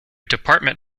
department